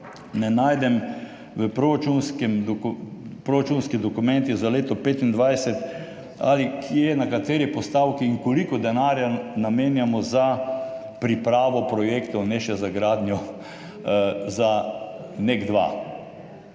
ne najdem v proračunskih dokumentih za leto 2025, ali kje, na kateri postavki in koliko denarja namenjamo za pripravo projektov, ne še za gradnjo, za NEK2?